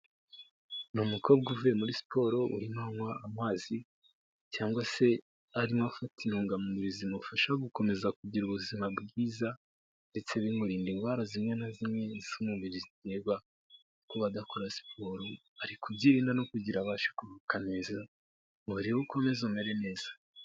Ni umukobwa uvuye muri siporo urimo uranywa amazi, cyangwa se arimo afata intungamubiri zimufasha gukomeza kugira ubuzima bwiza ndetse bimurinda indwara zimwe na zimwe z'umubiri, ziterwa no kuba adakora siporo ari kubyirinda no kugira abashe kuruhuka neza ngo umubiri we ukomeze umere neza.